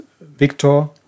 Victor